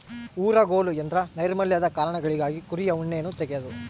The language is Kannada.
ಊರುಗೋಲು ಎಂದ್ರ ನೈರ್ಮಲ್ಯದ ಕಾರಣಗಳಿಗಾಗಿ ಕುರಿಯ ಉಣ್ಣೆಯನ್ನ ತೆಗೆದು